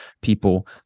people